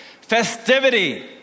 festivity